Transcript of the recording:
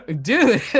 dude